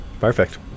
Perfect